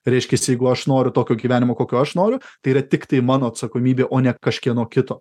reiškias jeigu aš noriu tokio gyvenimo kokiu aš noriu tai yra tiktai mano atsakomybė o ne kažkieno kito